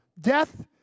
Death